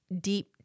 deep